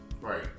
Right